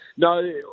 No